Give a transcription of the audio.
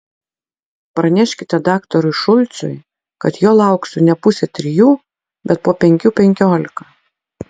praneškite daktarui šulcui kad jo lauksiu ne pusę trijų bet po penkių penkiolika